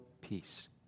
peace